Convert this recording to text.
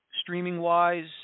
streaming-wise